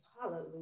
Hallelujah